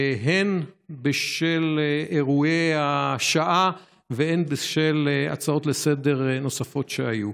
הן בשל אירועי השעה והן בשל הצעות נוספות לסדר-היום שהיו.